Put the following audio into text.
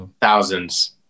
thousands